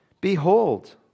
Behold